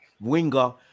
winger